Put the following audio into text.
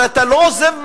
הרי אתה לא עוזב,